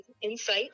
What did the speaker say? insight